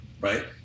right